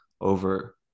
over